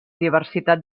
diversitat